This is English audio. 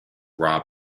rob